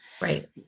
Right